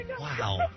Wow